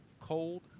cold